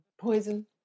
poison